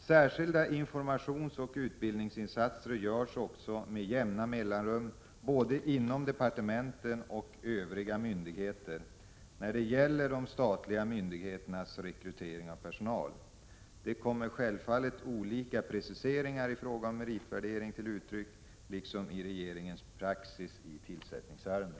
Särskilda informationsoch utbildningsinsatser görs också med jämna mellanrum både inom departementen och inom övriga myndigheter när det gäller de statliga myndigheternas rekrytering av personal. Där kommer självfallet olika preciseringar i fråga om meritvärdering till uttryck, liksom i regeringens praxis i tillsättningsärenden.